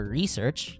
research